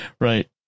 right